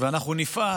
ואנחנו נפעל